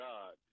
God